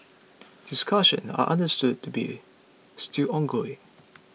discussions are understood to be still ongoing